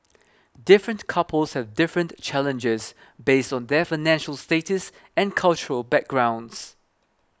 different couples have different challenges based on their financial status and cultural backgrounds